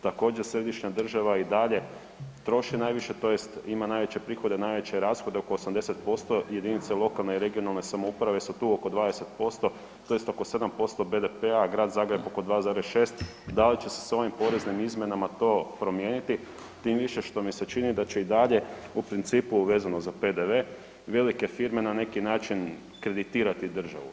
Također, središnja država i dalje troši najviše tj. ima najveće prihode, najveće rashode oko 80%, jedinice lokalne i regionalne samouprave su tu oko 20% tj. oko 7% BDP-a, a Grad Zagreb oko 2,6, da li će se s ovim poreznim izmjenama to promijeniti tim više što mi se čini da će i dalje u principu vezano za PDV velike firme na neki način kreditirati državu.